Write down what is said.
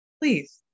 Please